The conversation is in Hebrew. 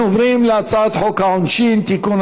אנחנו עוברים להצעת חוק העונשין (תיקון,